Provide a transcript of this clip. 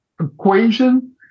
equation